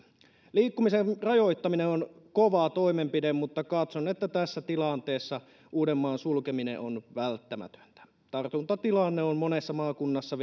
liikkumisen rajoittaminen on kova toimenpide mutta katson että tässä tilanteessa uudenmaan sulkeminen on välttämätöntä tartuntatilanne on monessa maakunnassa